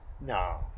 No